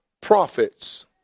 prophets